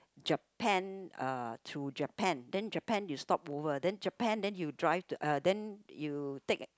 Japan uh to Japan then Japan you stopover then Japan then you drive to uh then you take